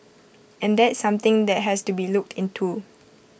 and that's something that has to be looked into